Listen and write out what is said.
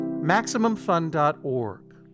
MaximumFun.org